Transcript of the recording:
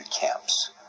camps